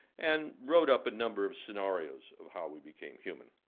and wrote up a number of scenarios of how we became human.